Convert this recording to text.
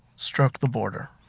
stroke the border.